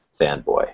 fanboy